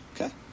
Okay